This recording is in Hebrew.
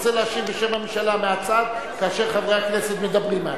רוצה להשיב בשם הממשלה מהצד כאשר חברי הכנסת מדברים מהצד.